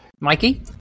mikey